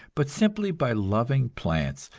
but simply by loving plants,